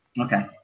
Okay